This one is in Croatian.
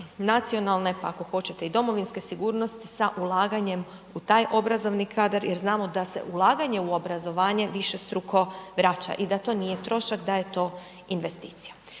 nacionalne pa ako hoćete i domovinske sigurnosti sa ulaganjem u taj obrazovni kadar jer znamo da se ulaganje u obrazovanje višestruko vraća i da to nije trošak, da je to investicija.